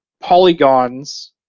polygons